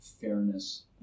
fairness